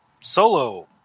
solo